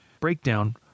Breakdown